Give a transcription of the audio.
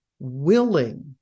willing